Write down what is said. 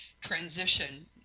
transition